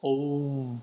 oh